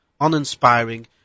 uninspiring